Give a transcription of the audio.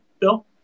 Bill